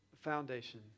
foundation